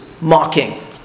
mocking